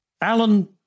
Alan